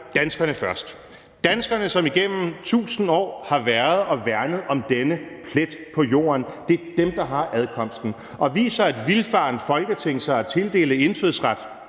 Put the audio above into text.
danskerne først. Danskerne, som igennem tusind år har været her og værnet om denne plet på jorden, er dem, der har adkomsten. Og viser et vildfarent Folketing sig at tildele indfødsret